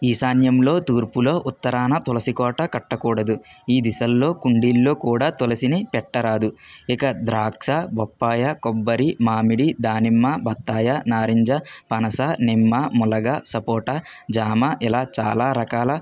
ఈశాన్యంలో తూర్పులో ఉత్తరాన తులసి కోట కట్టకూడదు ఈ దిశల్లో కుండీలలో కూడా తులసిని పెట్టరాదు ఇక ద్రాక్ష బొప్పాయ కొబ్బరి మామిడి దానిమ్మ బత్తాయి నారింజ పనస నిమ్మ మునగ సపోటా జామ ఇలా చాలా రకాల